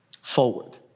Forward